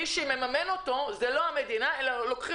מי שמממן אותו זה לא המדינה אלא עושים